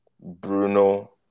Bruno